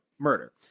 murder